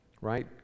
right